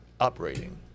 operating